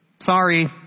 Sorry